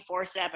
24-7